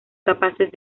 capaces